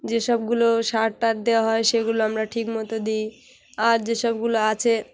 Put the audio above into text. যে সবগুলো সার টার দেওয়া হয় সেগুলো আমরা ঠিকমতো দিই আর যে সবগুলো আছে